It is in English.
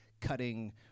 cutting